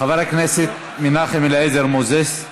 חבר הכנסת מנחם אליעזר מוזס.